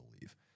believe